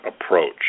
approach